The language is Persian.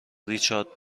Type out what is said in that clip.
ریچارد